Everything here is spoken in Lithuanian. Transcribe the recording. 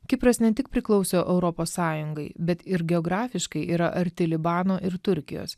kipras ne tik priklauso europos sąjungai bet ir geografiškai yra arti libano ir turkijos